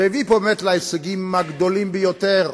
שהביא פה באמת להישגים הגדולים ביותר: